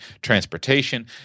transportation